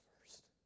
first